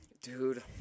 Dude